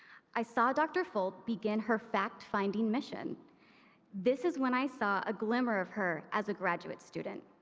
i saw dr. folt begin her fact-finding mission this is when i saw a glimmer of her as a graduate student.